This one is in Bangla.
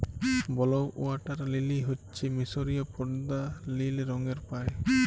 ব্লউ ওয়াটার লিলি হচ্যে মিসরীয় পদ্দা লিল রঙের পায়